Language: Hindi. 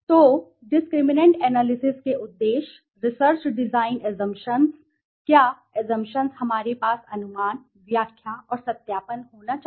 तो डिस्क्रिमिनेट एनालिसिस के उद्देश्य रिसर्च डिज़ाइन असमप्शन्स क्या असमप्शन्स हमारे पास अनुमान व्याख्या और सत्यापन होना चाहिए